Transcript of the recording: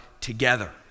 together